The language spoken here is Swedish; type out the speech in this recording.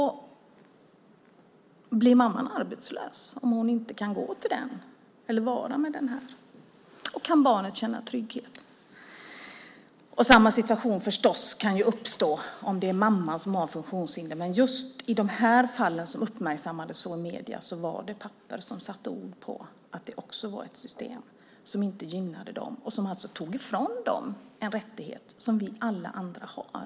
Blir mamman arbetslös om hon inte kan vara med? Kan barnet känna trygghet? Samma situation kan förstås uppstå om det är mamman som har funktionshinder, men just i de fall som uppmärksammades av medierna var det pappor som satte ord på att det också var ett system som inte gynnade dem och som alltså tog ifrån dem en rättighet som vi alla andra har.